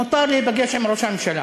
מותר להיפגש עם ראש הממשלה,